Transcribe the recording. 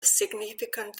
significant